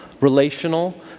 relational